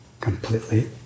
completely